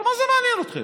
אבל מה זה מעניין אתכם?